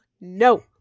No